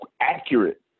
accurate